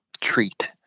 treat